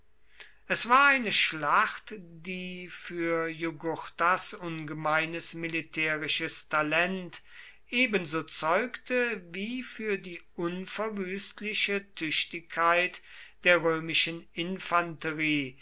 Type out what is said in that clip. es war eine schlacht die für jugurthas ungemeines militärisches talent ebenso zeugte wie für die unverwüstliche tüchtigkeit der römischen infanterie